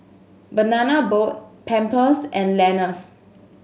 Banana Boat Pampers and Lenas